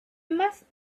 must